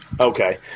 Okay